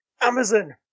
Amazon